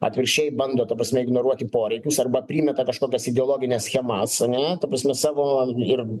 atvirkščiai bando ta prasme ignoruoti poreikius arba primeta kažkokias ideologines schemas ane ta prasme savo ir